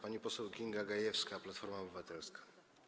Pani poseł Kinga Gajewska, Platforma Obywatelska.